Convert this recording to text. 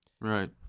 right